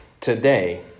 today